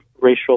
racial